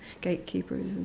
gatekeepers